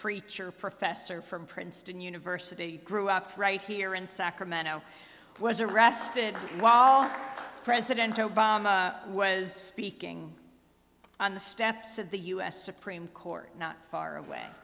preacher professor from princeton university grew up right here in sacramento was arrested while president obama was speaking on the steps of the u s supreme court not far away